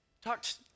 talked